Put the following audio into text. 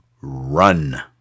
run